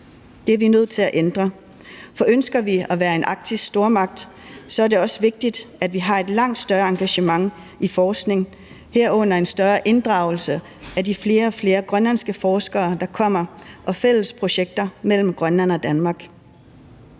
Det er vi nødt til at ændre, for ønsker vi at være en arktisk stormagt, er det også vigtigt, at vi har et langt større engagement i forskningen, herunder en større inddragelse af de flere og flere grønlandske forskere, der kommer, og fælles projekter mellem Grønland og Danmark.